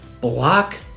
block